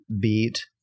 beat